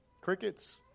Crickets